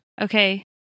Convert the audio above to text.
Okay